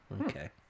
Okay